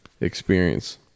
experience